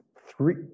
three